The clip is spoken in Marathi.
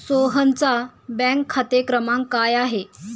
सोहनचा बँक खाते क्रमांक काय आहे?